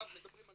עליו מדברים,